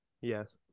Yes